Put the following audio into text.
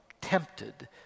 tempted